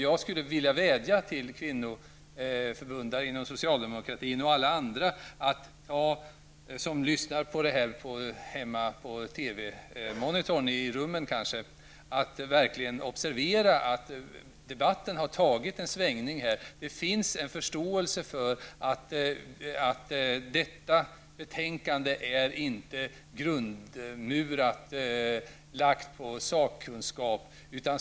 Jag skulle vilja vädja till kvinnoförbundare inom socialdemokratin och alla andra som lyssnar på denna debatt via TV monitorerna på rummen, att verkligen observera att debatten har gjort en svängning. Det finns en förståelse för att detta betänkande inte är grundmurat baserat på sakkunskap.